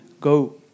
Go